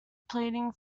pleading